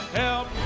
help